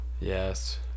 yes